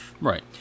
Right